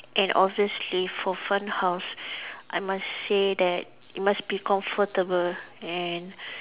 and obviously for fun house I must say that it must be comfortable and